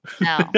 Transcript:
No